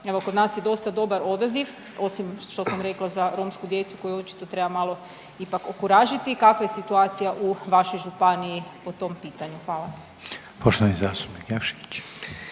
Evo, kod nas je dosta dobar odaziv osim što sam rekla za romsku djecu koju očito treba malo ipak okuražiti. Kakva je situacija u vašoj županiji po tom pitanju? Hvala. **Reiner, Željko